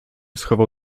schował